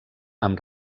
amb